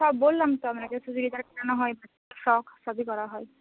সব বললাম তো আপনাকে চুড়িদার হয় ফ্রক সবই করা হয়